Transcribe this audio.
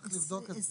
צריך לבדוק את זה.